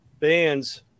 bands